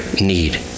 need